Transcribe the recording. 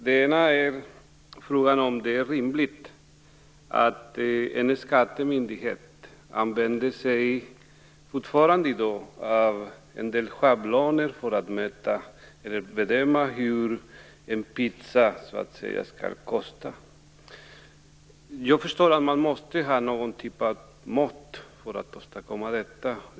Det ena är frågan om det är rimligt att en skattemyndighet i dag fortfarande använder sig av schabloner för att bedöma vad en pizza skall kosta. Jag förstår att man måste ha någon typ av mått.